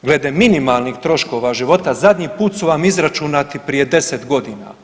Glede minimalnih troškova života, zadnji puta su vam izračunati prije 10 godina.